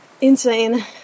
insane